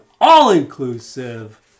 all-inclusive